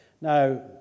Now